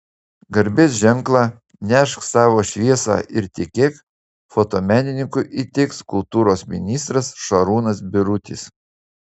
garbės ženklą nešk savo šviesą ir tikėk fotomenininkui įteiks kultūros ministras šarūnas birutis